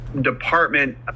department